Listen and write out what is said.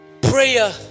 Prayer